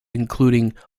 including